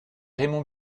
raymond